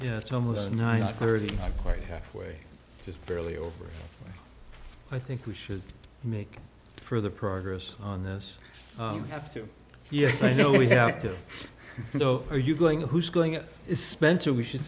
yeah it's almost nine thirty right half way just barely over i think we should make further progress on this have to yes i know we have to go are you going who's going it is spencer we should